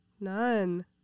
None